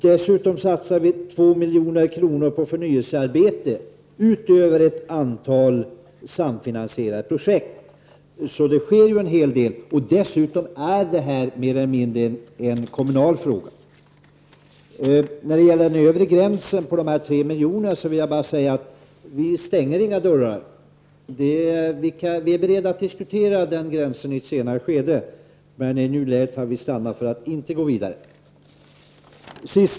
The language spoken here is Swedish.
Dessutom satsar vi 2 milj.kr. på förnyelsearbete utöver ett antal samfinansierade projekt. Det sker en hel del. Dessutom är detta mer eller mindre en kommunal fråga. Apropå den övre gränsen på 3 milj.kr. vill jag säga att vi inte stänger några dörrar. Vi är beredda att diskutera den gränsen i ett senare skede. I nuläget vill vi inte gå vidare.